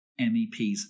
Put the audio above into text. MEPs